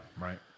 Right